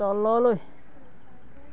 তললৈ